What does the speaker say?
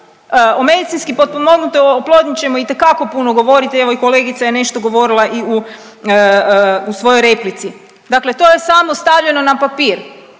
O medicinski potpomognutoj oplodnji ćemo itekako puno govoriti, evo i kolegica je nešto govorila i u svojoj replici. Dakle, to je samo stavljeno na papir,